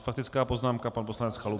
Faktická poznámka pan poslanec Chalupa.